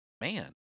man